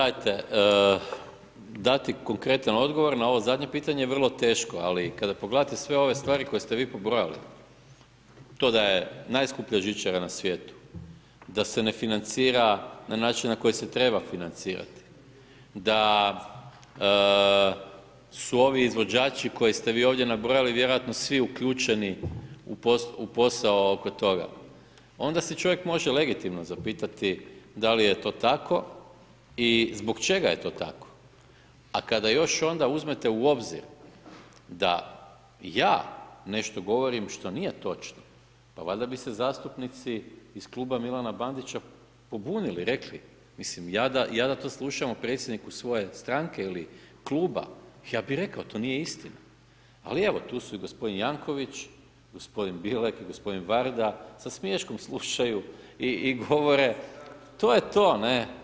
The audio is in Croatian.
Gledajte, dati konkretan odgovor na ovo zadnje pitanje, vrlo teško, ali kada pogledate sve ove stvari koje ste vi pobrojali, to da je najskuplja žičara na svijetu, da se ne financira na način na koji se treba financirati, da su ovi izvođači koje ste vi ovdje nabrojali vjerojatno svi uključeni u posao oko toga, onda se čovjek može legitimno zapitati da li je to tako i zbog čega je to tako? a kada još onda uzmete u obzir da ja nešto govorim što nije točno, pa valjda bi se zastupnici iz kluba Milana Bandića pobunili, rekli, mislim, ja da to slušam o predsjedniku svoje strane ili kluba, ja bi rekao, to nije istina, ali evo tu su g. Jankovics, g. Bilek i g. Varda, sa smiješkom slušaju i govore, to je to, ne.